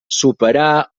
superar